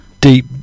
deep